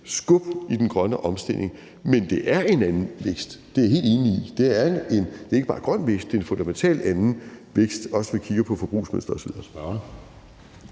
skub i den grønne omstilling. Men det er en anden vækst. Det er jeg helt enig i. Det er ikke bare grøn vækst; det er en fundamentalt anden vækst, også når vi kigger på forbrugsmønsteret osv.